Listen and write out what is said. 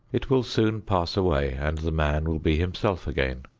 it will soon pass away and the man will be himself again.